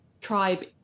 tribe